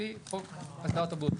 לפי חוק הסדרת הבריאות.